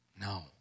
No